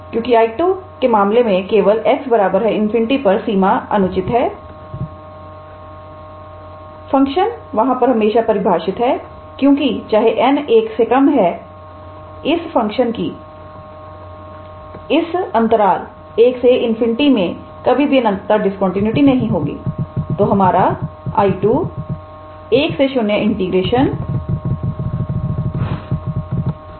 क्योंकि I2 के मामले में केवल 𝑥 ∞ पर सीमा अनुचित है फंक्शन वहां पर हमेशा परिभाषित है क्योंकि चाहे 𝑛 1 है इस फंक्शन की इस 1∞ अंतराल में कभी भी अनंतता डिस्कंटीन्यूटी नहीं होगी